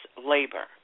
labor